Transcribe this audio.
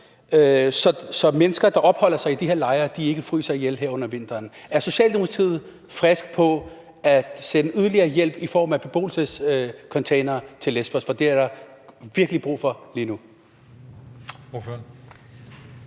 så mennesker, der opholder sig i de her lejre, ikke fryser ihjel her hen over vinteren. Er Socialdemokratiet frisk på at sende yderligere hjælp i form af beboelsescontainere til Lesbos? For det er der virkelig brug for lige nu.